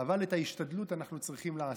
אבל את ההשתדלות אנחנו צריכים לעשות.